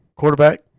Quarterback